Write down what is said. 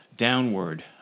downward